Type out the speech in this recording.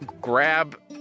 grab